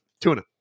Tuna